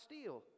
steal